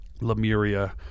lemuria